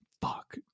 Fuck